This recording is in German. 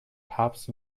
papst